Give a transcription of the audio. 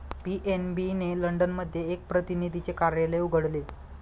PNB ने London मध्ये एक प्रतिनिधीचे कार्यालय उघडले